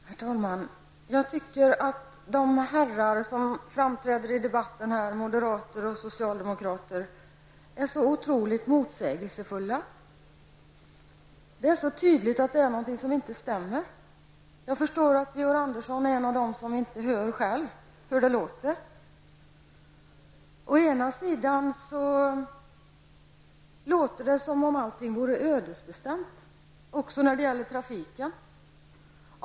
Herr talman! Jag tycker att de herrar som framträder i debatten, moderater och socialdemokrater, är så otroligt motsägelsefulla. Det är så tydligt att det är något som inte stämmer. Jag förstår att Georg Andersson är en av dem som själva inte hör hur det låter. Ibland låter det som om allt vore ödesbestämt också när det gäller trafiken.